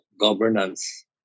governance